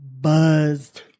buzzed